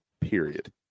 period